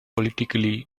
politically